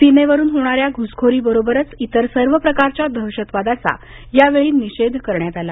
सीमेवरून होणाऱ्या घुसखोरीबरोबरच इतर सर्व प्रकारच्या दहशतवादाचा यावेळी निषेध करण्यात आला